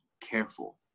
careful